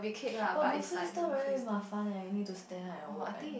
but buffet style very mafan eh you need to stand up and walk and